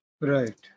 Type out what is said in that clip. right